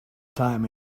time